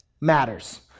matters